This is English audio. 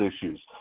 issues